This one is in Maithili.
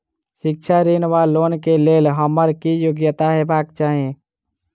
शिक्षा ऋण वा लोन केँ लेल हम्मर की योग्यता हेबाक चाहि?